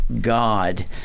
God